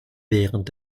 während